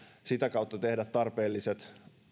sitä kautta tehdä tarpeelliset